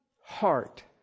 heart